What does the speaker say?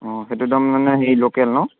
অঁ সেইটো একদম মানে হেৰি লোকেল ন